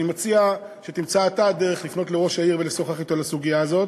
אני מציע שתמצא אתה דרך לפנות לראש העיר ולשוחח אתו בסוגיה הזאת.